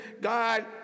God